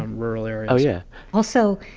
and rural areas oh, yeah also,